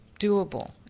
doable